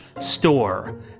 store